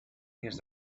years